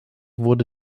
wurde